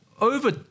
over